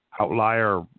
outlier